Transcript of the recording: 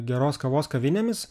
geros kavos kavinėmis